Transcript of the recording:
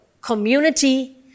community